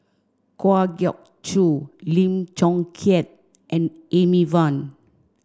Kwa Geok Choo Lim Chong Keat and Amy Van